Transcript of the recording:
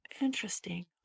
Interesting